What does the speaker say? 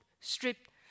stripped